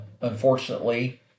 unfortunately